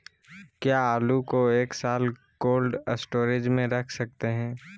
क्या आलू को एक साल कोल्ड स्टोरेज में रख सकते हैं?